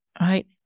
right